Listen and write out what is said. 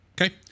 Okay